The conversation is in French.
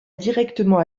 directement